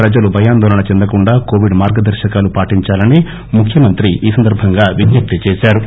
ప్రజలు భయాందోళన చెందకుండా కోవిడ్ మార్గదర్పకాలు పాటించాలని ముఖ్యమంత్రి ఈ సందర్బంగా విజ్ఞప్తి చేశారు